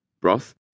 Broth